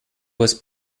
was